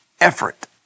effort